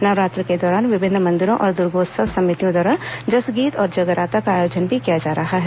नवरात्र के दौरान विभिन्न मंदिरों और दुर्गोत्सव समितियों द्वारा जसगीत और जगराता का आयोजन भी किया जा रहा है